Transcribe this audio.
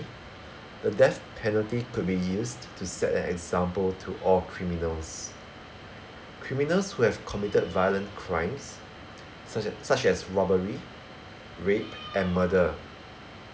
the death penalty could be used to set an example to all criminals criminals who have committed violent crimes such as such as robbery rape and murder